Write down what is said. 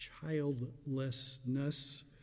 childlessness